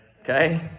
Okay